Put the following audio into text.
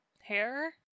hair